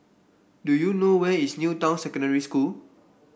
do you know where is New Town Secondary School